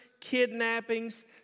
kidnappings